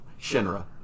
Shinra